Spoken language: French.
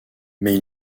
mais